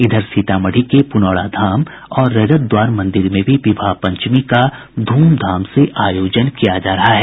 इधर सीतामढ़ी के पुनौराधाम और रजत द्वार मंदिर में भी विवाह पंचमी का धूमधाम से आयोजन किया जा रहा है